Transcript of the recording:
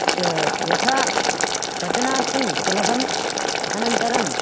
स यथा पचनार्थं सुलभम् अनन्तरम्